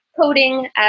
coding